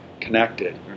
connected